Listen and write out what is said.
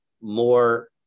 more